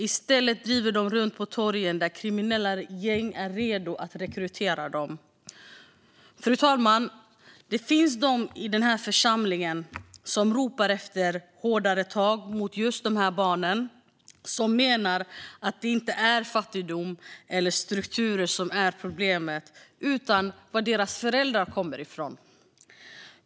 I stället driver de runt på torgen, där kriminella gäng står redo att rekrytera dem. Fru talman! Det finns de i den här församlingen som ropar efter hårdare tag mot just de här barnen och som menar att det inte är fattigdom eller strukturer som är problemet utan var deras föräldrar kommer ifrån.